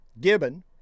Gibbon